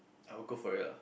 I will go for it lah